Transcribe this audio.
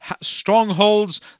strongholds